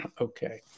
okay